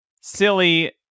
silly